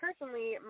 personally